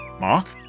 Mark